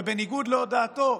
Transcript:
ובניגוד להודעתו,